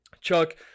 Chuck